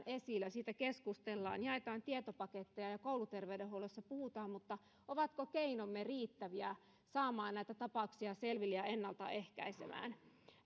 esillä siitä keskustellaan jaetaan tietopaketteja ja kouluterveydenhuollossa puhutaan mutta ovatko keinomme riittäviä saamaan näitä tapauksia selville ja ennalta ehkäisemään